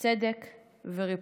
צדק וריפוי.